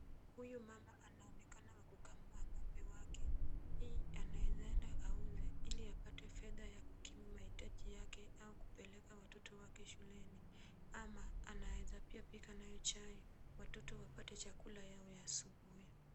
Huyu mama anaonekana kukamua ng'ombe wake. Hii anaweza enda auze ili apate fedha ya kukimu mahitaji yake au kupeleka watoto wake shuleni ama anaweza pia pika nayo chai watoto wapate chakula yao ya asubuhi.